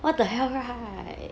what the hell right